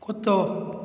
कुतो